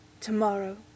Tomorrow